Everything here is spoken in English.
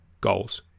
goals